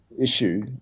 issue